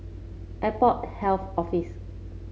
Airport Health Office